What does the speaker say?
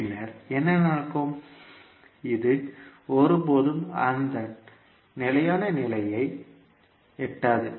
பின்னர் என்ன நடக்கும் இது ஒருபோதும் அதன் நிலையான நிலையை எட்டாது